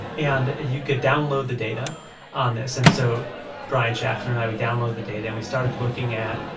and you could download the data on this. and so brian schaffner and i would download the data, and we started looking at,